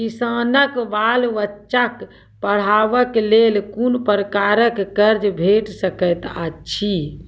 किसानक बाल बच्चाक पढ़वाक लेल कून प्रकारक कर्ज भेट सकैत अछि?